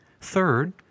Third